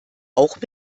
auch